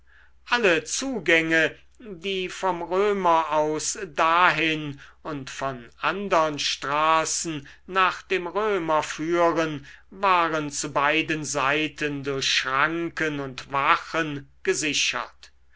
alle zugänge die vom römer aus dahin und von andern straßen nach dem römer führen waren zu beiden seiten durch schranken und wachen gesichert